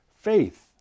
faith